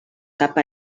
cap